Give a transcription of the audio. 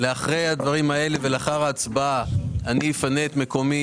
לאחר ההצבעה אני אפנה את מקומי